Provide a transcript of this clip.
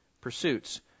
pursuits